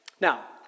Now